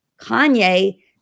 Kanye